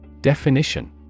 Definition